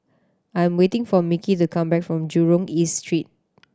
I'm waiting for Micky to come back from Jurong East Street